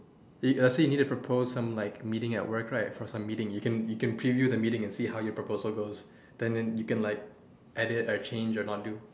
uh see you need to propose some meeting at work right you can you can preview the meeting and see how the proposal goes then you can add a change or not do